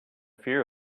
fear